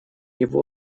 его